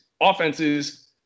offenses